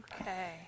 Okay